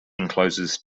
encloses